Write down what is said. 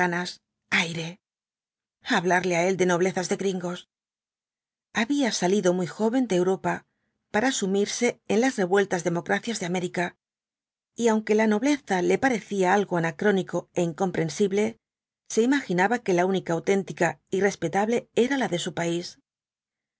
aire hablarle á él de nobleza de gringos había salido muy joven de europa para sumirse en las revueltas democracias de américa y aunque la nobleza le parecía algo anacrónico é incomprensible se imaginaba que la única auténtica y respetable era la de su país